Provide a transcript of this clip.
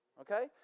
Okay